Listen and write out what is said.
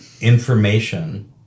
information